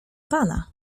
pana